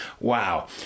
Wow